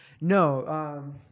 No